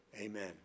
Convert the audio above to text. Amen